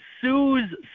sues